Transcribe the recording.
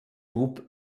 groupe